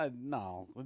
no